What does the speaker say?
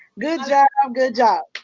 good job, um good job!